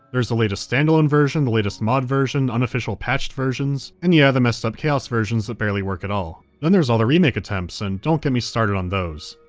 there is the latest standalone version, the latest mod version, unofficial patched versions, and yeah, the messed up chaos versions that barely work at all. then there is all the remake attempts, and don't get me started on those.